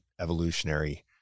evolutionary